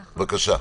בבקשה.